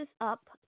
up